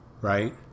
Right